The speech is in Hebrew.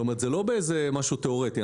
זה לא משהו תיאורטי.